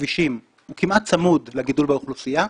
הכבישים הוא כמעט צמוד לגידול באוכלוסייה,